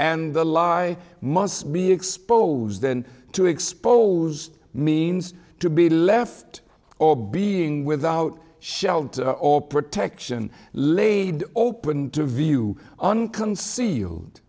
and the law i must be exposed to expose means to be left or being without shelter or protection laid open to view unconcealed